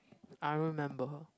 I remember her